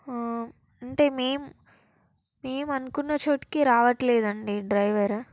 అంటే మేం మేము అనుకున్న చోటికి రావటం లేదండి డ్రైవరు